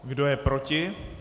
Kdo je proti?